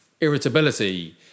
irritability